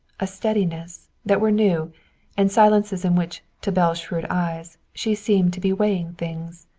a steadiness, that were new and silences in which, to belle's shrewd eyes, she seemed to be weighing things.